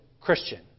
Christian